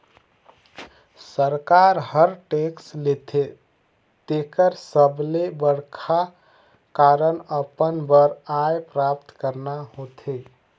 सरकार हर टेक्स लेथे तेकर सबले बड़खा कारन अपन बर आय प्राप्त करना होथे